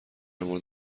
مورد